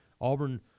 Auburn